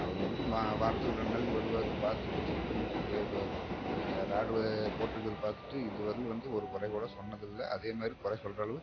அவர் வந்து மா வாரத்தில் ரெண்டு நாளைக்கு வருவார் பார்த்துட்டு செக் பண்ணிவிட்டு போயிடுவாரு இன் மேலே ராடு வே போட்டு இருக்கறத பார்த்துட்டு இது வரைலும் வந்து ஒரு குறைக்கூட சொன்னது இல்லை அதே மாதிரி கொறை சொல்கிற அளவு